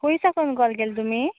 खुंय साकून काॅल केल्लो तुमी